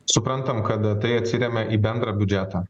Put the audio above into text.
suprantam kad tai atsiremia į bendrą biudžetą